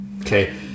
Okay